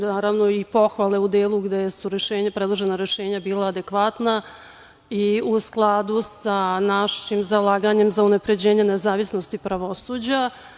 Naravno i pohvale u delu gde su predložena rešenja bila adekvatna i u skladu sa našim zalaganjem za unapređenje nezavisnosti pravosuđa.